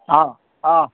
हँ हँ